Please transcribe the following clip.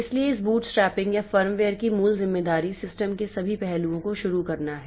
इसलिए इस बूटस्ट्रैपिंग या फ़र्मवेयर की मूल ज़िम्मेदारी सिस्टम के सभी पहलुओं को शुरू करना है